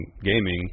gaming